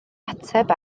ateb